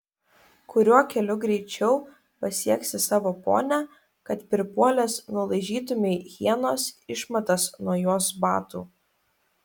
kuriuo keliu greičiau pasieksi savo ponią kad pripuolęs nulaižytumei hienos išmatas nuo jos batų